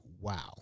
Wow